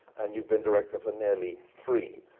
and you've been director for nearly three.